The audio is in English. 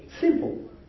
Simple